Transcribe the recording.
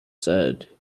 said